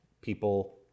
people